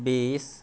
बीस